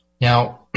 Now